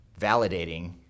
validating